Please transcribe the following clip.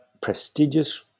prestigious